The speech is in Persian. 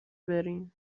برین